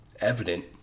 evident